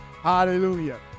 Hallelujah